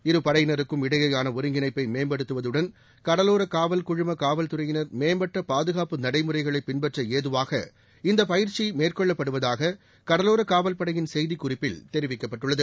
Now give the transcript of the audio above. இரு படையினருக்கும் இடையேயான ஒருங்கிணைப்பை மேம்படுத்துவதுடன் கடவோர காவல் குழும காவல்துறையினர் மேம்பட்ட பாதுகாப்பு நடைமுறைகளை பின்பற்ற ஏதுவாக இந்தப் பயிற்சி மேற்கொள்ளப்படுவதாக கடலோர காவல்படையின் செய்திக்குறிப்பில் தெரிவிக்கப்பட்டுள்ளது